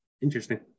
Interesting